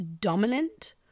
dominant